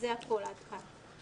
עד כאן.